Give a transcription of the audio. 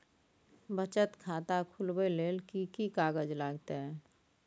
बचत खाता खुलैबै ले कि की कागज लागतै?